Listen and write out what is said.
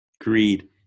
greed